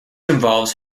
involves